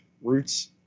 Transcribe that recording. roots